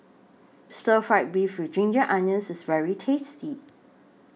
Stir Fry Beef with Ginger Onions IS very tasty